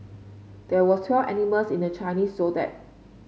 there were twelve animals in the Chinese Zodiac